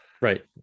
Right